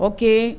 Okay